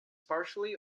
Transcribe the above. partially